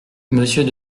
monsieur